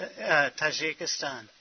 Tajikistan